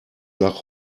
nach